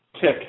tick